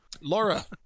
Laura